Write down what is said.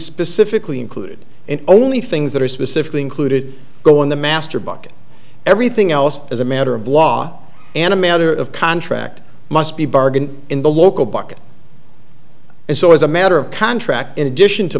specifically included and only things that are specifically included go in the master book everything else as a matter of law and a matter of contract must be bargained in the local bucket and so as a matter of contract in addition to